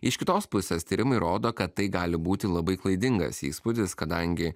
iš kitos pusės tyrimai rodo kad tai gali būti labai klaidingas įspūdis kadangi